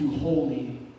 holy